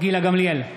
גילה גמליאל,